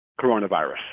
coronavirus